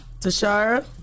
Tashara